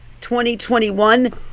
2021